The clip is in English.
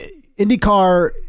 IndyCar